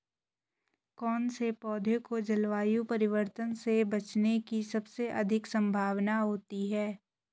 कौन से पौधे को जलवायु परिवर्तन से बचने की सबसे अधिक संभावना होती है?